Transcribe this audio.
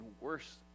worse